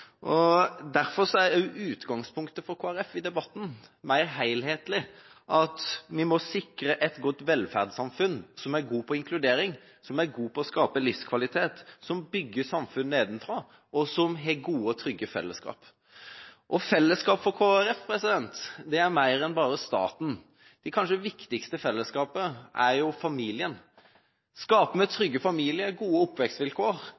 Derfor er også utgangspunktet for Kristelig Folkeparti i debatten mer helhetlig, at vi må sikre et godt velferdssamfunn, der en er god på inkludering, på å skape livskvalitet, som bygger samfunn nedenfra, og der en har gode og trygge fellesskap. Fellesskap for Kristelig Folkeparti er mer enn bare staten. Det kanskje viktigste fellesskapet er familien. Skaper